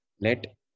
Let